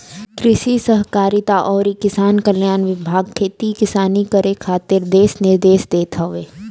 कृषि सहकारिता अउरी किसान कल्याण विभाग खेती किसानी करे खातिर दिशा निर्देश देत हवे